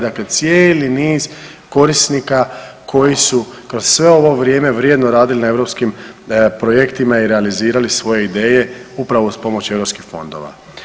Dakle, cijeli niz korisnika koji su kroz sve ovo vrijeme vrijedno radili na europskim projektima i realizirali svoje ideje upravo uz pomoć europskih fondova.